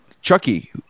Chucky